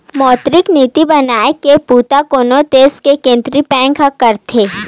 मौद्रिक नीति बनाए के बूता कोनो देस के केंद्रीय बेंक ह करथे